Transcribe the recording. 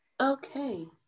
Okay